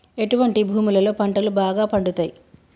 ఎటువంటి భూములలో పంటలు బాగా పండుతయ్?